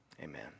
amen